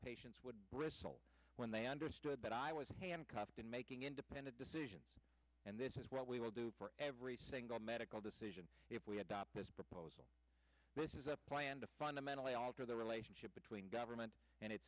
bristle when they understood that i was handcuffed and making independent decisions and this is what we will do for every single medical decision if we adopt this proposal this is a plan to fundamentally alter the relationship between government and it